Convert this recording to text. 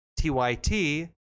TYT